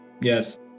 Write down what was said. Yes